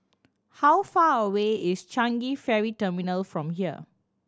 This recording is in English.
how far away is Changi Ferry Terminal from here